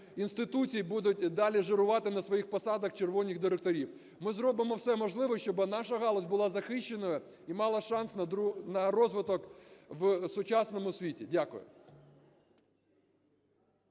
інституцій будуть далі жирувати на своїх посадах "червоних" директорів. Ми зробимо все можливе, щоб наша галузь була захищеною і мала шанс на розвиток в сучасному світі. Дякую.